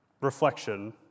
reflection